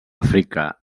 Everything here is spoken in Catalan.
àfrica